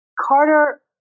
Carter